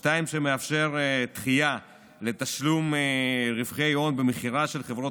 השני מאפשר דחייה לתשלום רווחי הון במכירה של חברות